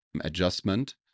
adjustment